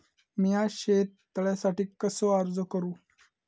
मीया शेत तळ्यासाठी कसो अर्ज करू?